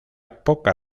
poca